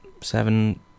seven